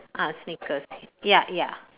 ah sneakers ya ya